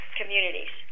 communities